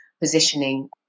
positioning